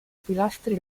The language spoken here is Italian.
pilastri